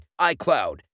iCloud